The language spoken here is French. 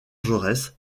jaurès